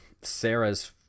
Sarah's